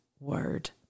word